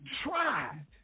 tried